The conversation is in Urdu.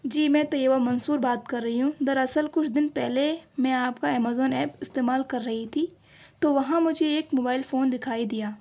جی میں طیبہ منصور بات کر رہی ہوں دراصل کچھ دن پہلے میں آپ کا امیزون ایپ استعمال کر رہی تھی تو وہاں مجھے ایک موبائل فون دکھائی دیا